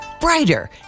brighter